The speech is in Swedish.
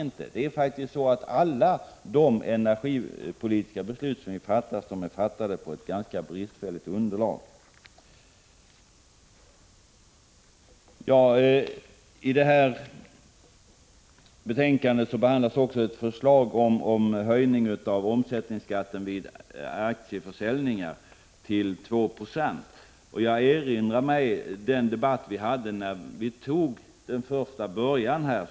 Alla de energipolitiska beslut som har fattats har faktiskt haft ett ganska bristfälligt underlag. I skatteutskottets betänkande 38 behandlas också ett förslag om höjning av omsättningsskatten till 2 90 vid aktieförsäljning. Jag erinrar mig den debatt vi hade första gången vi behandlade denna fråga.